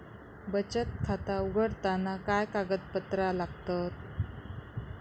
बचत खाता उघडताना काय कागदपत्रा लागतत?